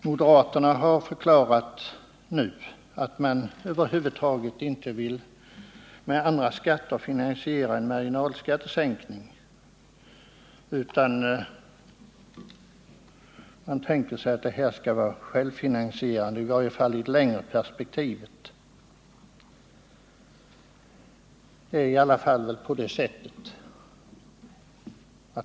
Moderaterna har nu förklarat att man över huvud taget inte vill finansiera en marginalskattesänkning med andra skatter utan att sänkningen skall vara självfinansierande — i varje fall i ett längre perspektiv.